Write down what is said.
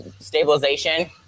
stabilization